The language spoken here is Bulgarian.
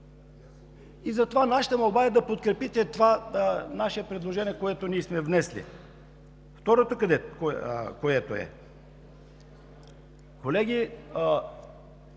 Затова е нашата молба – да подкрепите това наше предложение, което сме внесли. Второто, което е: колеги,